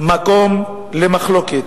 גם את התקציבים שאמורים היו ללכת